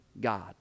God